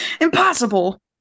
Impossible